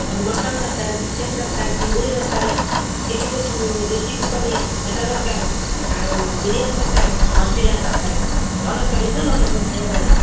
ମୋର ମଟନ୍ ଦରକାର ଚିକେନ୍ ଦରକାର ଚିଙ୍ଗୁଡ଼ି ଦରକାର ଚି଼ଲ୍ଲୀ କୋବି ଯେଉଁ ଚି଼ଲ୍ଲୀ ପନିର ସେଇଟା ଦରକାର ଆଉ ବିରିୟାନୀ ଦରକାର ମଞ୍ଚୁରିଆନ୍ ଦରକାର ଭଲ କ୍ୟାଲିଟିର ମୋର ଲୋକ ଖାଇବା ଜରୁରୀ